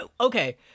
okay